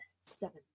seven